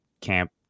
camp